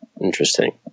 Interesting